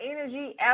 energy